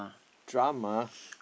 drama